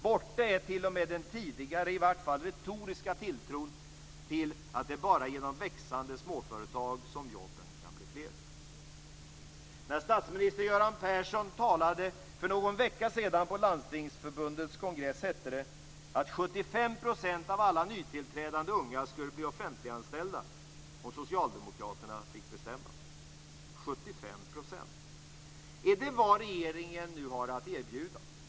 Borta är t.o.m. den tidigare, i vart fall retoriska, tilltron till att det bara är genom växande småföretag som jobben kan bli fler. När statsminister Göran Persson för någon vecka sedan talade på Landstingsförbundets kongress hette det att 75 % av alla nytillträdande unga skulle bli offentliganställda om Socialdemokraterna fick bestämma - 75 %. Är det vad regeringen nu har att erbjuda?